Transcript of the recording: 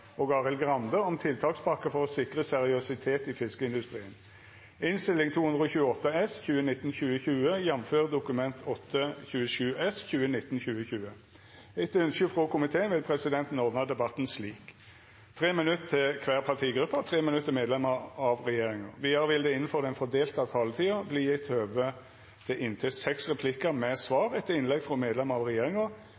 har ikkje bedt om ordet til sak nr. 1. Etter ynske frå næringskomiteen vil presidenten ordna debatten slik: 3 minutt til kvar partigruppe og 3 minutt til medlemer av regjeringa. Vidare vil det – innanfor den fordelte taletida – verta gjeve høve til inntil seks replikkar med